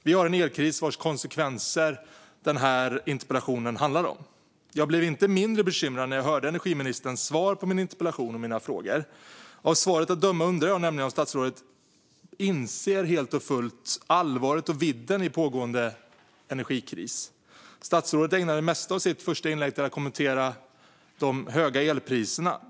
Vi har en elkris vars konsekvenser den här interpellationen handlar om. Jag blev inte mindre bekymrad när jag hörde energiministerns svar på min interpellation och mina frågor. Av svaret att döma undrar jag nämligen om statsrådet helt och fullt inser allvaret i och vidden av pågående energikris. Statsrådet ägnade det mesta av sitt första inlägg åt att kommentera de höga elpriserna.